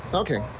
so okay,